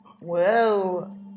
whoa